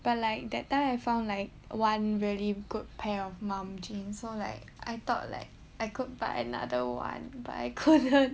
but like that time I found like one very good pair of mom jeans so like I thought like I could buy another [one] but I couldn't